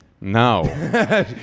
No